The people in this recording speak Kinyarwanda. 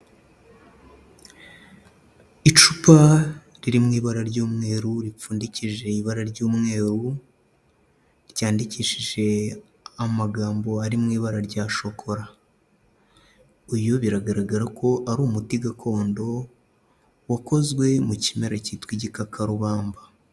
Icupa riri mu ibara ry'umweru ripfundikije ibara ry'umweru, ryandikishije amagambo ari mu ibara rya shokora. Uyu biragaragara ko ari umuti gakondo wakozwe mu kimera cyitwa igikakarubamba.